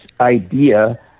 idea